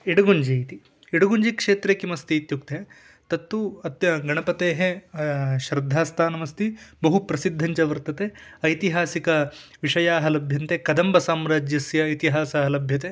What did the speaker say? यडुगुञ्जी इति यडुगुञ्जी क्षेत्रे किमस्ति इत्युक्ते तत्तु अत्य गणपतेः श्रद्धास्थानमस्ति बहु प्रसिद्धञ्च वर्तते ऐतिहासिकाः विषयाः लभ्यन्ते कदम्बसाम्राज्यस्य इतिहासः लभ्यते